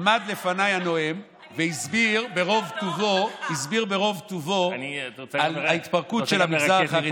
עמד לפניי הנואם והסביר ברוב טובו על ההתפרקות של המגזר החרדי.